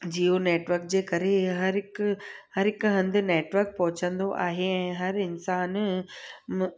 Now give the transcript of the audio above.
Jio network जे करे हर हिकु हर हिकु हंधु नैटवक पहुचंदो आहे ऐं हर इन्सानु